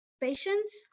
patience